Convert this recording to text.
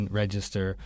register